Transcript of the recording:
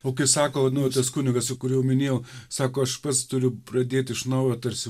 o kai sako nu tas kunigas kur jau minėjau sako aš pats turiu pradėt iš naujo tarsi